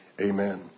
amen